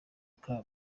kamba